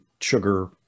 sugar